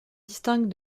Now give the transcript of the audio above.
distingue